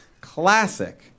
classic